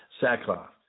sackcloth